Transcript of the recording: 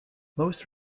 most